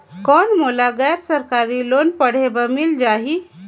कौन मोला गैर सरकारी लोन पढ़े बर मिल जाहि?